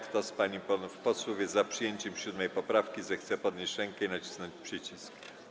Kto z pań i panów posłów jest za przyjęciem 7. poprawki, zechce podnieść rękę i nacisnąć przycisk.